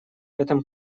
этом